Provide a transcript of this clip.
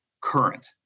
current